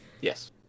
yes